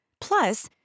Plus